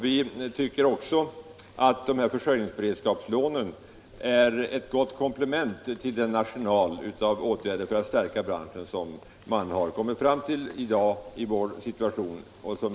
Vi tycker också att försörjningsberedskapslån — i den situation som vi i dag befinner oss i — är ett gott komplement till den arsenal av åtgärder för att stärka branschen som man hittills har fattat beslut om.